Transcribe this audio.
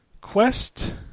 Quest